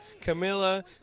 Camilla